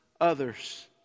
others